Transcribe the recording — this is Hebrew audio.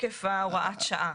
תוקף הוראת השעה.